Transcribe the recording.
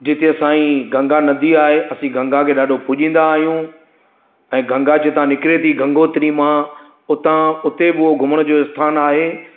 जिते असांजी गंगा नदी आहे असीं गंगा खे ॾाढो पुॼींदा आहियूं ऐं गंगा जितां निकिरे थी गंगोत्री मां उतां उते बि उहो घुमण जो स्थानु आहे